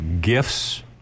gifts